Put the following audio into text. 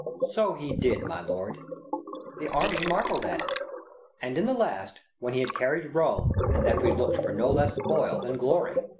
so he did, my lord the army marvell'd at it and, in the last, when he had carried rome, and that we look'd for no less spoil than glory